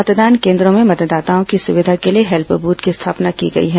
मतदान केन्द्रों में मतदाताओं की सुविधा के लिए हेल्प बुथ की स्थापना की गई है